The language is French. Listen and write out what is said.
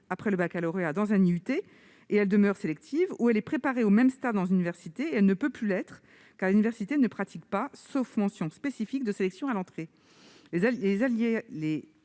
après le baccalauréat dans un IUT et elle demeure sélective, ou elle est préparée au même stade dans une université et elle ne peut plus l'être, car l'université ne pratique pas, sauf mention spécifique, de sélection à l'entrée.